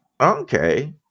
Okay